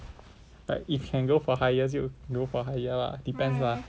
like if can go for higher 就 go for higher lah depends lah